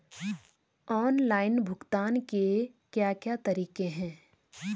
Online भुगतान के क्या क्या तरीके हैं?